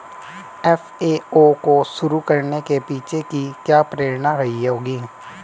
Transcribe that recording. FAO को शुरू करने के पीछे की क्या प्रेरणा रही होगी?